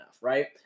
right